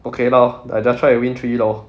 okay lor I just try to win three lor